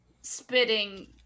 spitting